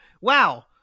Wow